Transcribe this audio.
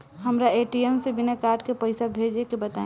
हमरा ए.टी.एम से बिना कार्ड के पईसा भेजे के बताई?